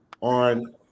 on